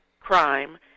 crime